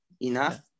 enough